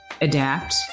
adapt